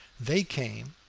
they came,